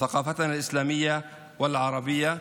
בעזיבת אמירות הסרק והנזק לאנשים.